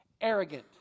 Arrogant